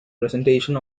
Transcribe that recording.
presentation